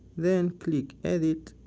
then click edit,